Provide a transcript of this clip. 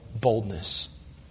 boldness